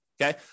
Okay